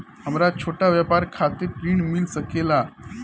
हमरा छोटा व्यापार खातिर ऋण मिल सके ला?